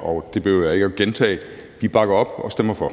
og det behøver jeg ikke at gentage. Vi bakker op og stemmer for.